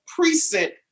precinct